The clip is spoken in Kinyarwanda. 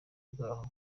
bwaho